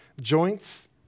joints